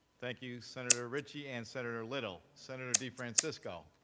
thank you, senator richie. and senator little. senator defrancisco.